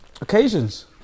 occasions